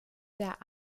der